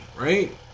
right